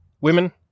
Women